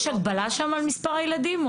יש הגבלה שם על מספר הילדים?